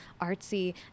artsy